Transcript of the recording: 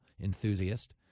enthusiast